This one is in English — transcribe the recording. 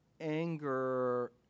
anger